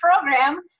program